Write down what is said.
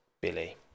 Billy